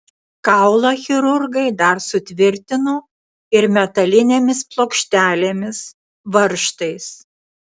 kaulą chirurgai dar sutvirtino ir metalinėmis plokštelėmis varžtais